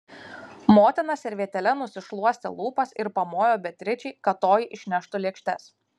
motina servetėle nusišluostė lūpas ir pamojo beatričei kad toji išneštų lėkštes